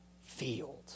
field